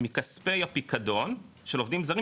מכספי הפיקדון של עובדים זרים,